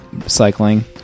cycling